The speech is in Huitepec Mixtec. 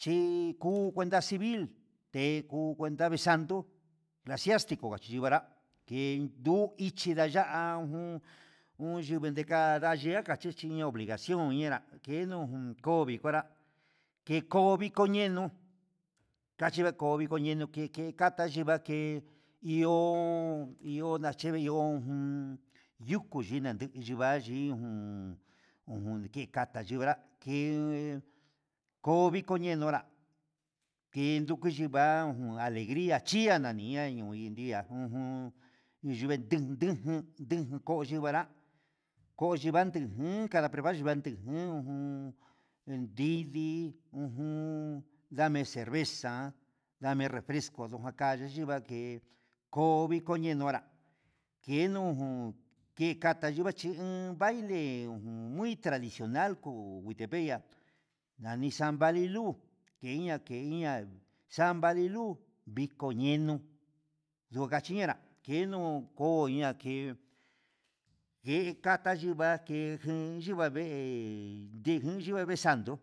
chí kuu cuenta civil tengu cuenta vee sando clasiastico ngachiyuu ngaranguen yuu ichi ndaya'a ajun un yivii ndeka'a ndaye xhiki inia obligacion nguera keno un ngovi kunrá iko viko ñeno, kachi ko viko ñeno ke ke kata yingua ke ke iho nayeve ihó ujun yuku yidna ndu yuvayii ujun ujun ke taka yuku nra ken ko viko nriko nda'a ke yuku niva'a alegria chi'a nani ni ihón ko ita ju jun yuventrin ndejen ndejen koyuvara koyimandin unka yivayo nguanden he ujun nridii ujun ndame cervesa ndame refresco kondadavi yinda'a, ke ko viko ñe'e nonrá kenuu jun ke kata yingua ché un baile muy tradicional kuu huitepec ya'a ni san valilu keiña keiña san vali luu viyeno nduka chineunrá, kenu kuña ke ngue kata yiva jen yuu ngua vee yungua vee santo.